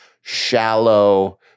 shallow